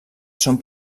són